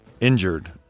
injured